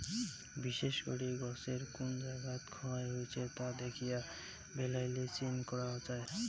বিশেষ করি গছের কুন জাগাত ক্ষয় হইছে তা দ্যাখিয়া বালাইয়ের চিন করাং যাই